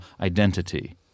identity